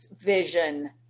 vision